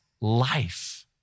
life